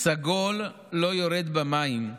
"סגול לא יורד במים",